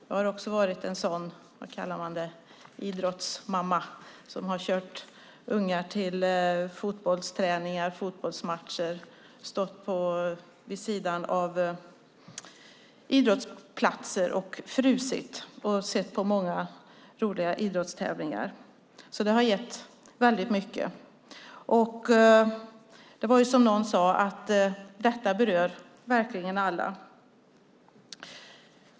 Jag har också varit vad man kan kalla en idrottsmamma som har kört ungar till fotbollsträningar och fotbollsmatcher och stått på idrottsplatser och frusit och sett på många roliga idrottstävlingar. Det har gett väldigt mycket. Som någon sade berör detta verkligen alla.